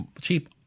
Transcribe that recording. cheap